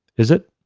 is it?